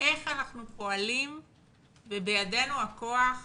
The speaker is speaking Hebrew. איך אנחנו פועלים ובידינו הכוח,